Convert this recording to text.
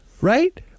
Right